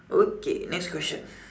okay next question